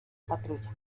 patrulla